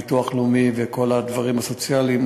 ביטוח לאומי וכל הדברים הסוציאליים,